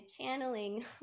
channeling